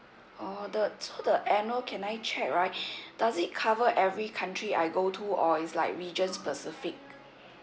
oh the so the annual can I check right does it cover every country I go to or is like region specific